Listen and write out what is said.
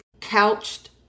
couched